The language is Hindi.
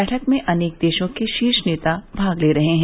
बैठक में अनेक देशों के शीर्ष नेता भाग ले रहे हैं